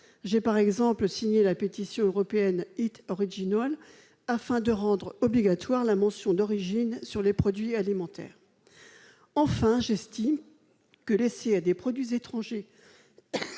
J'ai par exemple signé la pétition européenne « Eat original » afin de rendre obligatoire la mention d'origine sur les produits alimentaires. Enfin, j'estime que laisser à des produits étrangers,